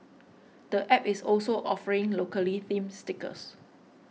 the app is also offering locally themed stickers